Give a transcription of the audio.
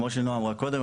כמו שנועה אמרה קודם,